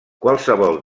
qualsevol